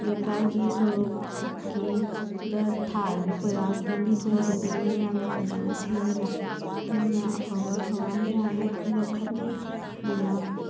ꯂꯩꯀꯥꯏꯒꯤ ꯁꯣꯔꯣꯛꯀꯤꯗ ꯊꯥꯔꯤꯕ ꯀꯣꯏꯂꯥꯁ ꯂꯝꯕꯤ ꯊꯣꯡꯁꯤꯡꯁꯤ ꯃꯣꯏꯅ ꯌꯥꯝꯅ ꯐꯖꯅ ꯁꯦꯝꯕꯤꯕ ꯃꯣꯏꯅ ꯑꯐꯕ ꯊꯧꯔꯥꯡ ꯀꯌꯥꯃꯨꯛ ꯂꯧꯈꯠꯂꯤ ꯑꯗꯨꯅ